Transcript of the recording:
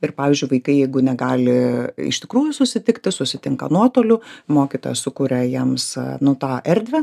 ir pavyzdžiui vaikai jeigu negali iš tikrųjų susitikti susitinka nuotoliu mokytojas sukuria jiems nu tą erdvę